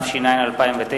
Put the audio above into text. התש"ע 2009,